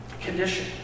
condition